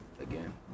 Again